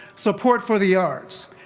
support for the arts,